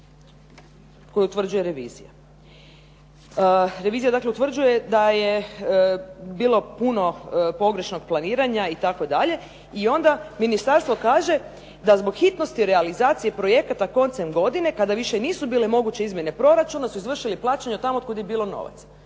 koji utvrđuje revizija. Revizija dakle utvrđuje da je bilo puno pogrešnog planiranja i tako dalje i onda ministarstvo kaže da zbog hitnosti realizacije projekata koncem godine kada više nisu bile moguće izmjene proračuna su izvršili plaćanje tamo od kud je bilo novaca.